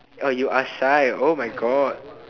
oh you are shy oh my god